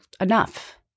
enough